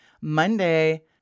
Monday